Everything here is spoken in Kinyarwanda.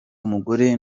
umugore